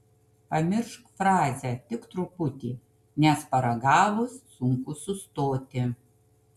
pamiršk frazę tik truputį nes paragavus sunku sustoti